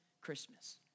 Christmas